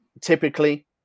Typically